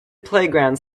playgrounds